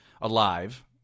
alive